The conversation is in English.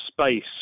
space